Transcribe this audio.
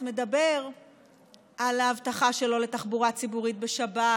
מדבר על ההבטחה שלו לתחבורה ציבורית בשבת,